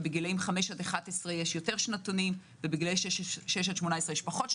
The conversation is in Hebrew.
ו5 עד 11 יש יותר שנתונים וב-6 עד 18 יש פחות.